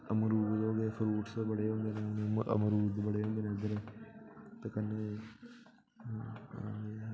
मरूद होइये फ्रूट्स बड़े होंदे न मरूद बड़े होंदे न इद्धर ते कन्नै